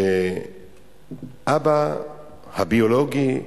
שהאבא הביולוגי,